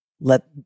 let